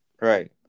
Right